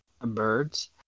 birds